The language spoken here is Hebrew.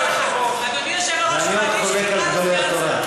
אדוני היושב-ראש, הוא מעדיף שתקרא לו סגן שר.